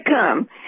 come